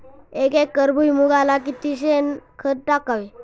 एक एकर भुईमुगाला किती शेणखत टाकावे?